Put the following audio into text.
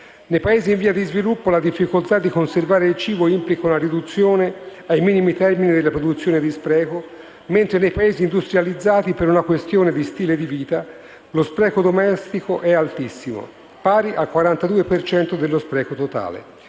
Nei Paesi in via di sviluppo la difficoltà di conservare il cibo implica una riduzione ai minimi termini della produzione di spreco, mentre nei Paesi industrializzati, per una questione di stile di vita, lo spreco domestico è altissimo, pari al 42 per cento dello spreco totale.